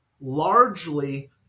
largely